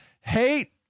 hate